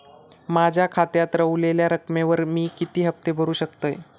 माझ्या खात्यात रव्हलेल्या रकमेवर मी किती हफ्ते भरू शकतय?